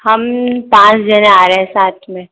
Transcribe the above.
हम पाँच जने आ रहे साथ में